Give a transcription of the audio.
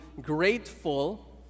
grateful